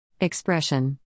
expression